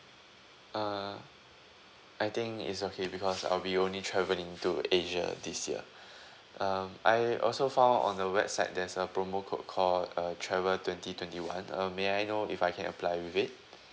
uh I think it's okay because uh we only travelling to asia this year um I also found on the website there's a promo code called uh travel twenty twenty one um may I know if I can apply with it